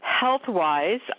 health-wise